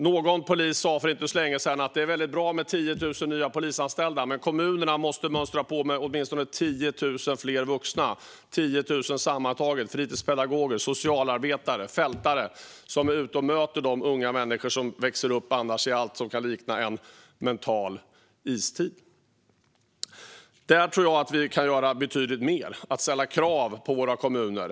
Någon polis sa för inte så länge sedan att det är väldigt bra med 10 000 nya polisanställda men att kommunerna måste mönstra på med åtminstone 10 000 fler vuxna sammantaget - fritidspedagoger, socialarbetare, fältassistenter - som är ute och möter de unga människor som annars växer upp i vad som kan likna en mental istid. Här tror jag att vi kan göra betydligt mer och ställa krav på våra kommuner.